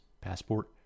passport